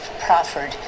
proffered